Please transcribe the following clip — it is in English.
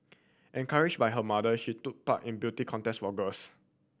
encouraged by her mother she took part in beauty contest for girls